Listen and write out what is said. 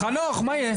חנוך מה יהיה?